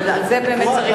על זה באמת צריך להודות.